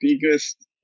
Biggest